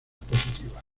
positivas